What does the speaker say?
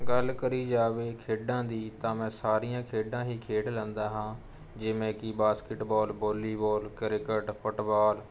ਗੱਲ ਕਰੀ ਜਾਵੇ ਖੇਡਾਂ ਦੀ ਤਾਂ ਮੈਂ ਸਾਰੀਆਂ ਖੇਡਾਂ ਹੀ ਖੇਡ ਲੈਂਦਾ ਹਾਂ ਜਿਵੇਂ ਕੀ ਬਾਸਕਿਟਬੋਲ ਵੋਲੀਬੋਲ ਕ੍ਰਿਕਟ ਫੁੱਟਬਾਲ